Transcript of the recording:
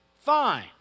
fine